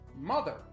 Mother